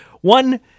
One